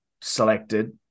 selected